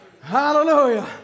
Hallelujah